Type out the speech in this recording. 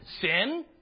sin